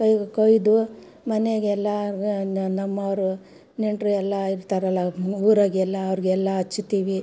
ಕೊಯ್ ಕೊಯ್ದು ಮನೆಗೆಲ್ಲಾರಿಗೂ ನಮ್ಮೋರು ನೆಂಟರು ಎಲ್ಲ ಇರ್ತಾರಲ್ಲ ಊರಾಗೆಲ್ಲ ಅವ್ರಿಗೆಲ್ಲ ಅಚ್ತಿವಿ